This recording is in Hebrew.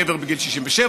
גבר בגיל 67,